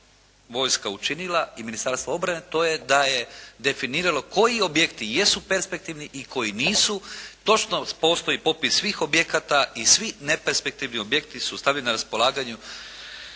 učinila i Ministarstvo obrane, to je da je definiralo koji objekti jesu perspektivni i koji nisu. Točno postoji popis svih objekata i svi neperspektivni objekti su stavljeni na raspolaganje